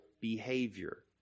behavior